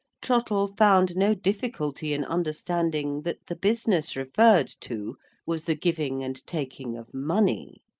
trottle found no difficulty in understanding that the business referred to was the giving and taking of money,